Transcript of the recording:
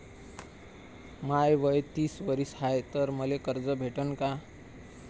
माय वय तीस वरीस हाय तर मले कर्ज भेटन का?